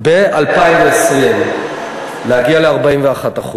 ב-2020 להגיע ל-41%.